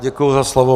Děkuji za slovo.